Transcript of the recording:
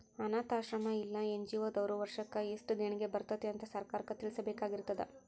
ಅನ್ನಾಥಾಶ್ರಮ್ಮಾ ಇಲ್ಲಾ ಎನ್.ಜಿ.ಒ ದವ್ರು ವರ್ಷಕ್ ಯೆಸ್ಟ್ ದೇಣಿಗಿ ಬರ್ತೇತಿ ಅಂತ್ ಸರ್ಕಾರಕ್ಕ್ ತಿಳ್ಸಬೇಕಾಗಿರ್ತದ